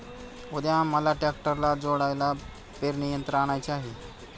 उद्या आम्हाला ट्रॅक्टरला जोडायला पेरणी यंत्र आणायचे आहे